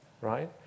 right